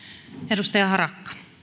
edustaja harakka